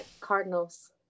Cardinals